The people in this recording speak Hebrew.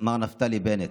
מר נפתלי בנט.